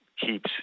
keeps